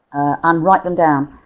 and write them down.